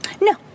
No